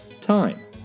time